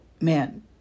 man